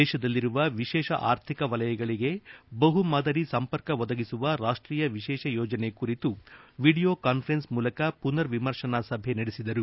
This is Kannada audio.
ದೇತದಲ್ಲಿರುವ ವಿಶೇಷ ಆರ್ಥಿಕ ವಲಯಗಳಿಗೆ ಬಹು ಮಾದರಿ ಸಂಪರ್ಕ ಒದಗಿಸುವ ರಾಷ್ಷೀಯ ವಿಶೇಷ ಯೋಜನೆ ಕುರಿತು ವಿಡಿಯೋ ಕಾನ್ಫರೆನ್ಲ್ ಮೂಲಕ ಪುನರ್ ವಿಮರ್ಶನಾ ಸಭೆ ನಡೆಸಿದರು